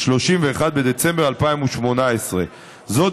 31 בדצמבר 2018. זאת,